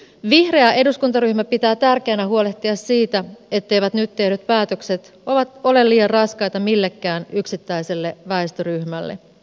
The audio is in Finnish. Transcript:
vihreä eduskuntaryhmä pitää tärkeänä huolehtia siitä etteivät nyt tehdyt päätökset ole liian raskaita millekään yksittäiselle väestöryhmälle